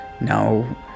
now